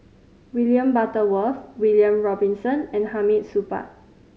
William Butterworth William Robinson and Hamid Supaat